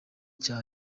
cya